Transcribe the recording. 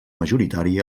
majoritari